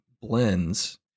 blends